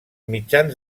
mitjans